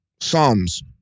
Psalms